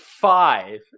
five